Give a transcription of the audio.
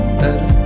better